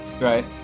Right